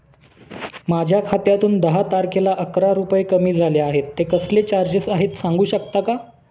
माझ्या खात्यातून दहा तारखेला अकरा रुपये कमी झाले आहेत ते कसले चार्जेस आहेत सांगू शकता का?